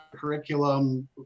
curriculum